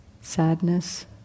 sadness